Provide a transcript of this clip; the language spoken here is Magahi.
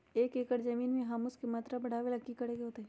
एक एकड़ जमीन में ह्यूमस के मात्रा बढ़ावे ला की करे के होतई?